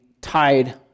tied